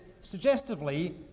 suggestively